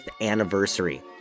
anniversary